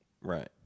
Right